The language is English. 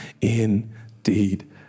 indeed